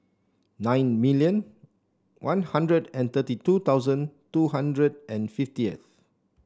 nine million One Hundred and thirty two thousand two hundred and fifties